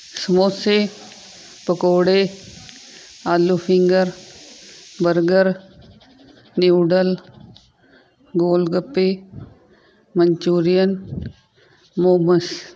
ਸਮੋਸੇ ਪਕੌੜੇ ਆਲੂ ਫਿੰਗਰ ਬਰਗਰ ਨਿਊਡਲ ਗੋਲ ਗੱਪੇ ਮਨਚੂਰੀਅਨ ਮੋਮਸ